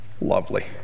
lovely